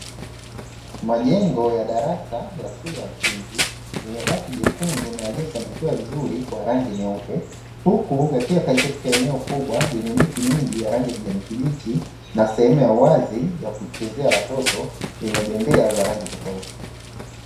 Majengo ya darasa ya shule ya msingi yenye bati jekundu na yaliyosanifiwa vizuru kwa rangi nyeupe. Huku yakiwa katika eneo kubwa lenye miti mingi yenye rangi ya kijani kibichi na sehemu ya uwazi ya kuchezea watoto, yenye bembea za rangi tofauti.